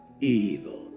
evil